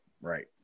right